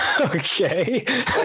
okay